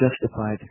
justified